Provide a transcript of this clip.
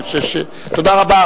תודה רבה.